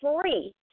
free